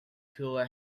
tool